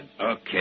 Okay